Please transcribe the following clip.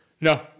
No